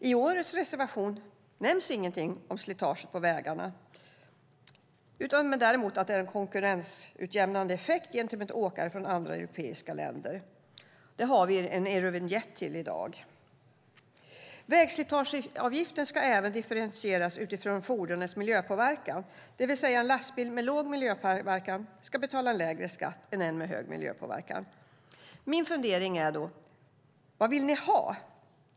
I årets reservation nämns ingenting om slitaget på vägarna, däremot att det har en konkurrensutjämnande effekt gentemot åkare från andra europeiska länder. Det har vi en eurovinjett till i dag. Vägslitageavgiften ska även differentieras utifrån fordonets miljöpåverkan, det vill säga en lastbil med låg miljöpåverkan ska betala lägre skatt än en med hög miljöpåverkan. Min fundering är då: Vad vill ni ha?